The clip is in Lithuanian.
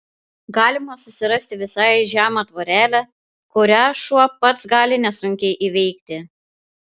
galima susirasti visai žemą tvorelę kurią šuo pats gali nesunkiai įveikti